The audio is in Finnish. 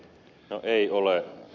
no ei ole